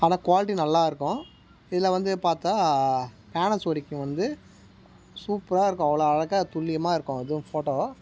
ஆனால் குவாலிட்டி நல்லா இருக்கும் இதில் வந்து பார்த்தா பேனசோனிக்கும் வந்து சூப்பராக இருக்கும் அவ்வளோ அழகாக துல்லியமாக இருக்கும் இதுவும் ஃபோட்டோ